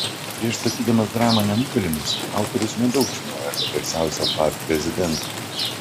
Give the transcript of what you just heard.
prieš statydamas dramą nenugalimas autorius nedaug žinojo apie garsiausią par prezidentą